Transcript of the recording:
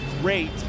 great